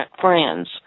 friends